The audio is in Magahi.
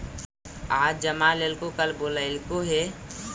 आज जमा लेलको कल बोलैलको हे?